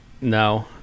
No